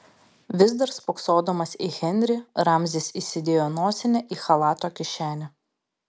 vis dar spoksodamas į henrį ramzis įsidėjo nosinę į chalato kišenę